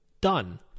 Done